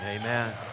Amen